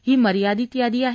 ही मर्यादीत यादी आहे